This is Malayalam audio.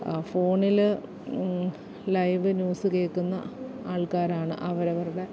ഫോണില് ലൈവ് ന്യൂസ് കേള്ക്കുന്ന ആൾക്കാരാണ് അവരവരുടെ